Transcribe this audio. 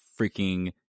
freaking